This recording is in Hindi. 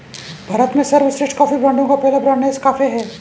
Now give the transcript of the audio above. भारत में सर्वश्रेष्ठ कॉफी ब्रांडों का पहला ब्रांड नेस्काफे है